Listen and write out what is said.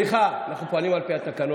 אנחנו פועלים על פי התקנון,